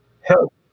help